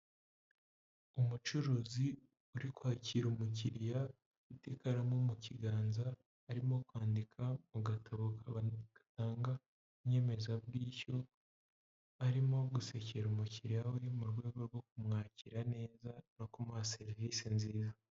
Umucuruzi uri kwakira umukiriya ufite ikaramu mu kiganza, arimo kwandika mu gatabo gatanga inyemezabwishyu, arimo guseke umukiriya urimo mu rwego rwo kumwakira neza no kumuha serivisi nziza.